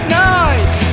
night